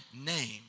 name